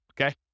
okay